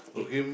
okay